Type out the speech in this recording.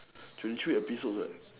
thirty three episodes right